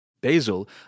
Basil